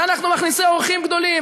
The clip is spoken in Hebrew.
ואנחנו מכניסי אורחים גדולים.